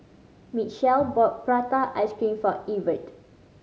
Michell bought prata ice cream for Evertt